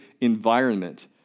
environment